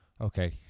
okay